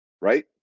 right